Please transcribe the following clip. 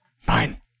fine